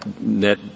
net